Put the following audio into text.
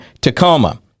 Tacoma